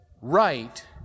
right